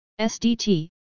SDT